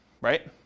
right